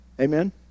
Amen